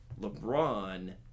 LeBron